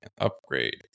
Upgrade